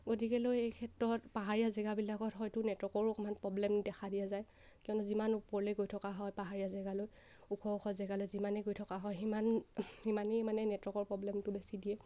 গতিকেলৈ এইক্ষেত্ৰত পাহাৰীয়া জেগাবিলাকত হয়তো নেটৱৰ্কৰ অকমান প্ৰব্লেম দেখা দিয়া যায় কিয়নো যিমান ওপৰলে গৈ থকা হয় পাহাৰীয়া জেগালৈ ওখ ওখ জেগালে যিমানেই গৈ থকা হয় সিমানেই সিমানেই মানে নেটৱৰ্কৰ প্ৰব্লেমটো বেছি দিয়ে